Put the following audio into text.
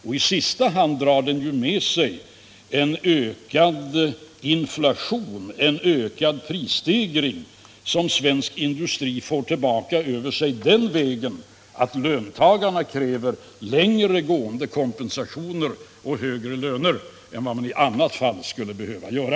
Och i sista hand drar den ju med sig en ökad inflation, en ökad prisstegring, som svensk industri får tillbaka över sig den vägen att löntagarna kräver längre gående kompensationer och högre löner än vad de i annat fall skulle behöva göra.